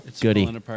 goody